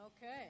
Okay